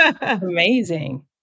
Amazing